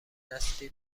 نسلی